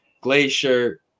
Glacier